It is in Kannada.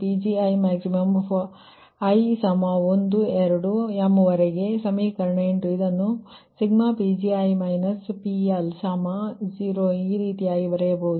ಇದು PgiminPgiPgimax for i12m ಸಮೀಕರಣ 8 ಇದನ್ನು i1mPgi PL0 ಈ ರೀತಿ ಬರೆಯಬಹುದು